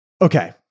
Okay